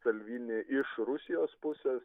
salvini iš rusijos pusės